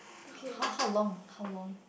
how how long how long